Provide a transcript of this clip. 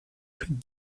could